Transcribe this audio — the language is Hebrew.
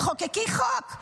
תחוקקי חוק.